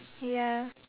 ya